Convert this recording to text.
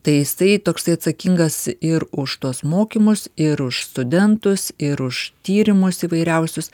tai jisai toksai atsakingas ir už tuos mokymus ir už studentus ir už tyrimus įvairiausius